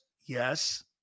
Yes